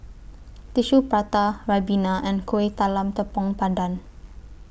Tissue Prata Ribena and Kueh Talam Tepong Pandan